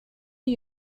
new